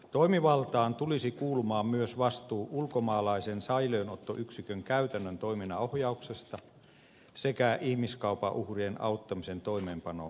toimivaltaan tulisi kuulumaan myös vastuu ulkomaalaisten säilöönottoyksikön käytännön toiminnan ohjauksesta sekä ihmiskaupan uhrien auttamisen toimeenpanon ohjaus